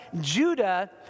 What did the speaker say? Judah